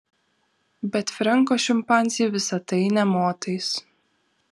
bet frenko šimpanzei visa tai nė motais